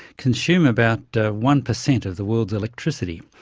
consume about one percent of the world's electricity.